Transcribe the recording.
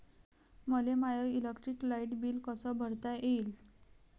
मले माय electric light bill कस भरता येईल?